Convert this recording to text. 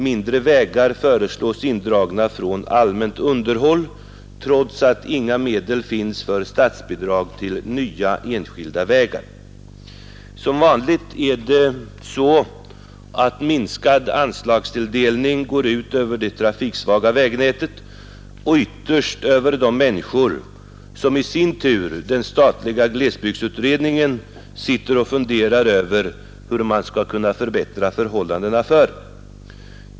Mindre vägar föreslås indragna från allmänt underhåll trots att inga medel finns för statsbidrag till nya enskilda vägar. Som vanligt går minskad anslagstilldelning ut över det trafiksvaga vägnätet och ytterst över de människor, vilka den statliga glesbygdsutredningen i sin tur sitter och funderar över hur man skall kunna förbättra förhållandena för.